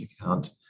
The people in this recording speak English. account